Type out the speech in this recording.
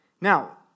Now